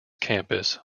campus